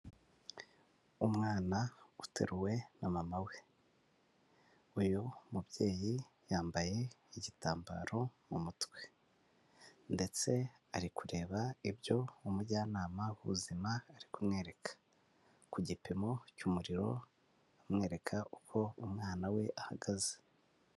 Umwana guteruwe na mama we, uyu mubyeyi yambaye igitambaro mu mutwe, ndetse ari kureba ibyo umujyanama w'ubuzima ari kumwereka, ku gipimo cy'umuriro amwereka uko umwana we ahagaze.